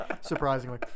Surprisingly